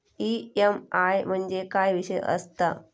EMI म्हणजे काय विषय आसता?